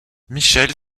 michel